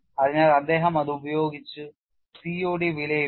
അതിനാൽ അദ്ദേഹം അത് ഉപയോഗിച്ച് COD വിലയിരുത്തി